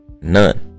None